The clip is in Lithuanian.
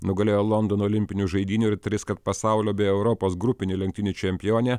nugalėjo londono olimpinių žaidynių ir triskart pasaulio bei europos grupinių lenktynių čempionę